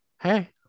hey